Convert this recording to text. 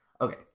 Okay